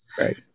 Right